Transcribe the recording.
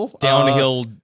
downhill